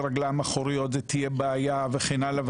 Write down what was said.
הרגליים האחוריות זו תהיה בעיה וכן הלאה.